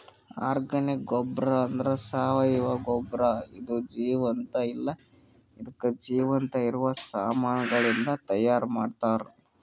organic ಗೊಬ್ಬರ ಅಂದ್ರ ಸಾವಯವ ಗೊಬ್ಬರ ಇದು ಜೀವಂತ ಇಲ್ಲ ಹಿಂದುಕ್ ಜೀವಂತ ಇರವ ಸಾಮಾನಗಳಿಂದ್ ತೈಯಾರ್ ಮಾಡ್ತರ್